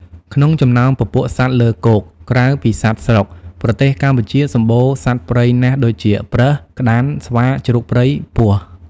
ក្នុងចំណោមពពួកសត្វលើគោកក្រៅពីសត្វស្រុកប្រទេសកម្ពុជាសម្បូរសត្វព្រៃណាស់ដូចជាប្រើស ក្តាន់ ស្វា ជ្រូកព្រៃ ពស់។